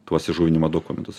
tuos įžuvinimo dokumentus